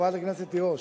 חברת הכנסת תירוש?